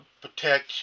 protect